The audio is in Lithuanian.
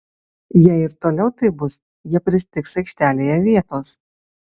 jei ir toliau taip bus jie pristigs aikštėje vietos